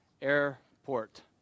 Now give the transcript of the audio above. airport